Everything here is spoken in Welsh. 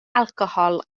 alcohol